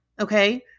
okay